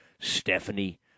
Stephanie